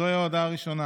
זוהי ההודעה הראשונה.